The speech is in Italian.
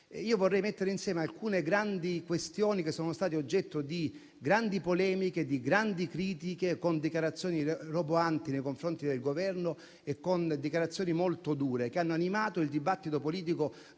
infatti mettere insieme alcune grandi questioni che sono state oggetto di grandi polemiche, di grandi critiche, con dichiarazioni roboanti nei confronti del Governo e con dichiarazioni molto dure che hanno animato il dibattito politico